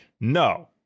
No